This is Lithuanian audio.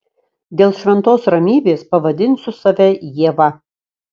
dėl šventos ramybės pavadinsiu save ieva